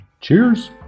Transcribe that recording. cheers